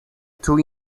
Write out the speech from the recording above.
two